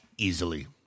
Easily